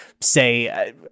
say